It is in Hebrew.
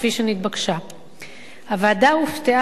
הוועדה הופתעה מאוד לקבל את הצעת החוק,